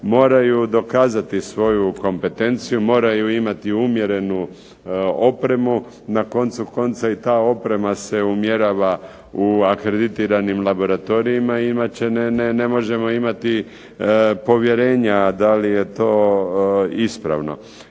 moraju dokazati svoju kompetenciju, moraju imati umjerenu opremu. Na koncu konca i ta oprema se umjerava u akreditiranim laboratorijima. Inače ne možemo imati povjerenja da li je to ispravno.